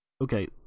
okay